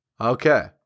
Okay